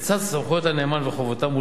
לצד סמכויות הנאמן וחובותיו,